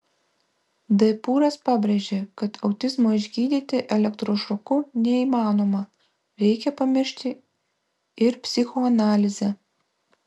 d pūras pabrėžė kad autizmo išgydyti elektrošoku neįmanoma reikia pamiršti ir psichoanalizę